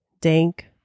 dank